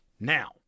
Now